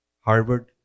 Harvard